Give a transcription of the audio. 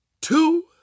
two